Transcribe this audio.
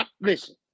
listen